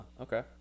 okay